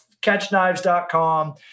Catchknives.com